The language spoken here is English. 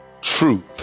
Truth